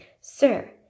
Sir